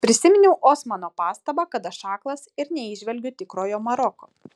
prisiminiau osmano pastabą kad aš aklas ir neįžvelgiu tikrojo maroko